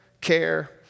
care